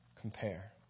compare